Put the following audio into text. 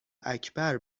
اکبر